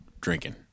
drinking